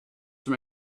from